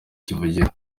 kivugira